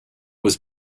was